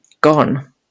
gone